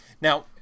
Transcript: Now